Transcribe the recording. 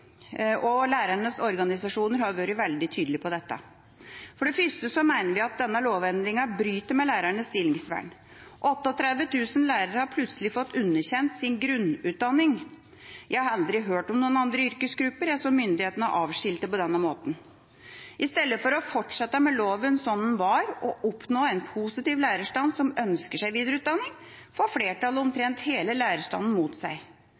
og lærernes organisasjoner har vært veldig tydelige på dette. For det første mener vi at denne lovendringa bryter med lærernes stillingsvern. 38 000 lærere har plutselig fått underkjent sin grunnutdanning. Jeg har aldri hørt om noen andre yrkesgrupper som myndighetene har avskiltet på denne måten. I stedet for å fortsette med loven slik den var, og oppnå en positiv lærerstand som ønsker seg videreutdanning, får flertallet omtrent hele lærerstanden mot seg.